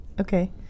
Okay